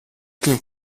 klingt